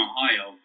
Ohio